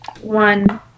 one